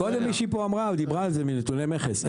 קודם מישהי דיברה על נתוני מסים.